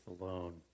alone